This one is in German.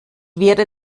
werde